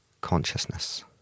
consciousness